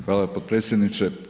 Hvala potpredsjedniče.